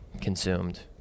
consumed